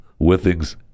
Withings